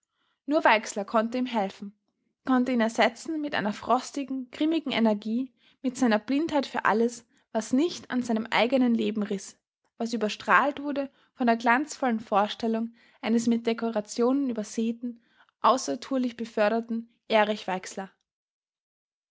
nur weixler konnte ihm helfen konnte ihn ersetzen mit seiner frostigen grimmigen energie mit seiner blindheit für alles was nicht an seinem eigenen leben riß was überstrahlt wurde von der glanzvollen vorstellung eines mit dekorationen übersäten außertourlich beförderten erich weixler